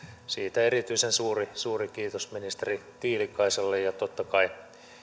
siitä erityisen suuri suuri kiitos ministeri tiilikaiselle ja totta kai